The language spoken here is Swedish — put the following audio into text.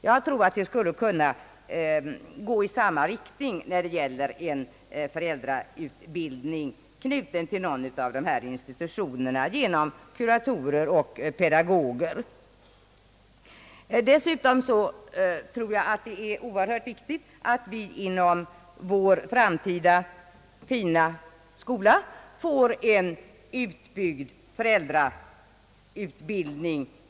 Jag tror att det skulle gå i samma riktning när det gäller en föräldrautbildning, knuten till någon av dessa institutioner, och under medverkan av kuratorer eller pedagoger. Jag anser dessutom att det är synnerligen viktigt att det inom vår framtida fina skola blir en utbyggd föräldrautbildning.